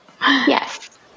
Yes